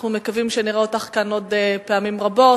אנחנו מקווים שנראה אותך כאן עוד פעמים רבות.